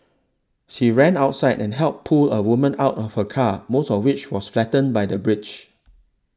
she ran outside and helped pull a woman out of her car most of which was flattened by the bridge